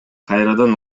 кайрадан